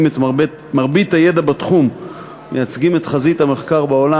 את מרבית הידע בתחום ומייצגים את חזית המחקר בעולם.